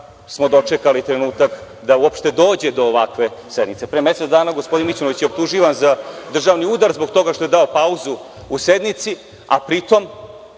smo dočekali trenutak da uopšte dođe do ovakve sednice. Pre mesec dana gospodin Mićunović je optuživan za državni udar zbog toga što je dao pauzu u sednici, a pri tome